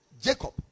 jacob